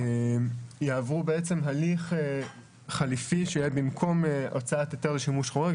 יעברו הליך חליפי שיהיה במקום הוצאת היתר לשימוש חורג.